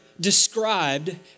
described